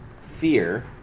Fear